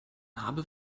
narbe